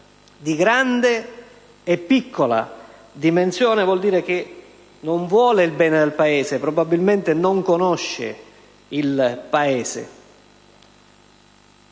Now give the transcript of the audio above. di grande e piccola dimensione, vuol dire che non vuole il bene del Paese (probabilmente non conosce il Paese).